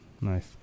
Nice